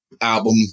album